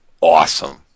awesome